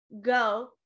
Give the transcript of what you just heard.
go